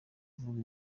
kuvuga